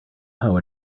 how